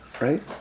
right